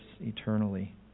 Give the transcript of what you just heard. eternally